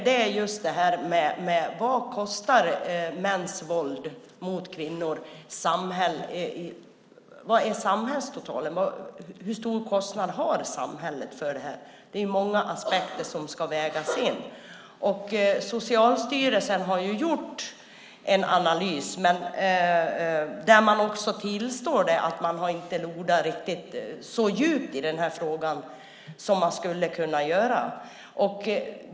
Det är just det här: Vad kostar mäns våld mot kvinnor? Vad är samhällets totala kostnad? Hur stor kostnad har samhället för det här? Det är många aspekter som ska vägas in. Socialstyrelsen har gjort en analys där man tillstår att man inte har lodat riktigt så djupt i frågan som man skulle kunna göra.